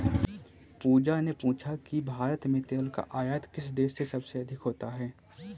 पूजा ने पूछा कि भारत में तेल का आयात किस देश से सबसे अधिक होता है?